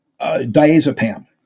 Diazepam